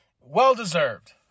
well-deserved